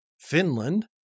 Finland